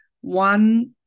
One